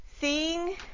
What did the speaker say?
seeing